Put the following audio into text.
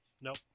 Nope